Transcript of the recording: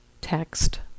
text